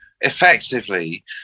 Effectively